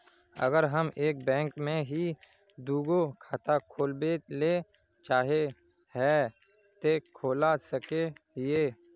अगर हम एक बैंक में ही दुगो खाता खोलबे ले चाहे है ते खोला सके हिये?